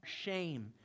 shame